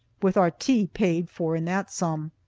with our tea paid for in that sum.